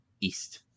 east